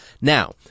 Now